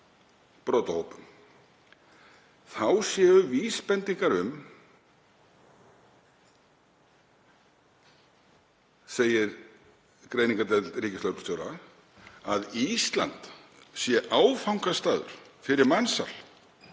brotahópum. Þá séu vísbendingar um, segir greiningardeild ríkislögreglustjóra, að Ísland sé áfangastaður fyrir mansal